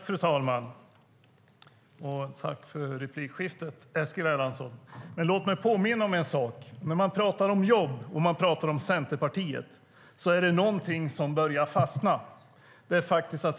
Fru talman! Tack för replikskiftet, Eskil Erlandsson! Låt mig påminna om en sak. När man pratar om jobb och pratar om Centerpartiet är det någonting som börjar fastna.